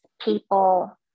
people